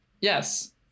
Yes